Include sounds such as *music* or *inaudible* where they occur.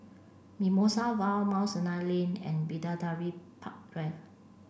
Mimosa Vale Mount *unintelligible* Lane and Bidadari Park Drive